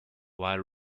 while